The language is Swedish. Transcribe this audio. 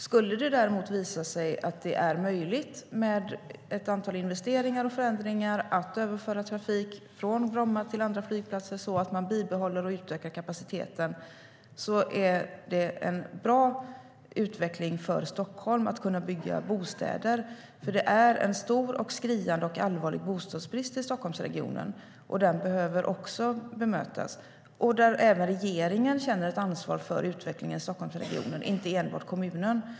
Skulle det däremot visa sig att det genom ett antal investeringar och förändringar är möjligt att överföra trafik från Bromma till andra flygplatser, så att man bibehåller och utökar kapaciteten, är det en bra utveckling för Stockholm att kunna bygga bostäder. Det är nämligen en stor, skriande och allvarlig bostadsbrist i Stockholmsregionen som det behöver göras något åt. Även regeringen, och inte bara kommunen, känner ett ansvar för utvecklingen i Stockholmsregionen.